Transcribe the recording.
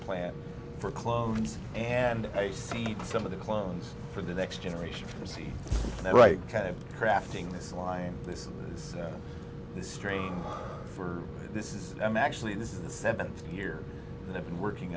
plan for clones and i see some of the clones for the next generation to see the right kind of crafting this line this is the strain for this is i'm actually this is the seventh year i've been working